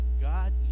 God